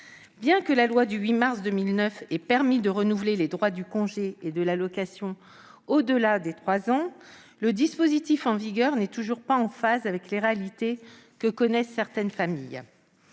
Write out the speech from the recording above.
Bien que la loi du 8 mars 2019 ait permis de renouveler les droits du congé et de l'allocation au-delà de trois ans, le dispositif en vigueur n'est toujours pas en phase avec les réalités que connaissent certaines familles.